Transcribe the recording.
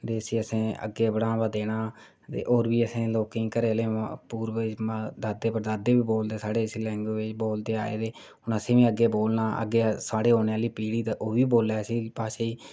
ते इसी असें अग्गें बढ़ावा देना ते होर बी असें घरै आह्ले आपूं अग्गें दादे बी बोलदे साढ़े इसी लैंग्वेज़ गी बोलदे आए दे हून असें बी अग्गें बोलना साढ़ी अग्गें औने आह्ली पीढ़ी तां ओह्बी बोल्लै इसी भाशा गी